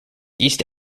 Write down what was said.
east